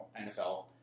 NFL